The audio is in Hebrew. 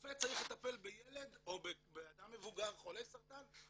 רופא צריך לטפל בילד או באדם מבוגר, חולה סרטן,